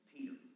Peter